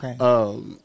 okay